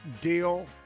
deal